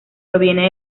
provienen